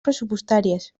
pressupostàries